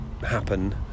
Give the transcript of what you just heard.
happen